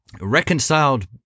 reconciled